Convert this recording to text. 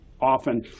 often